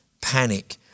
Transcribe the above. panic